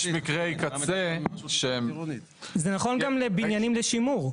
מקרי קצה --- זה נכון גם לבניינים לשימור.